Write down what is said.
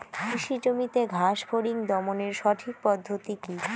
কৃষি জমিতে ঘাস ফরিঙ দমনের সঠিক পদ্ধতি কি?